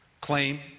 claim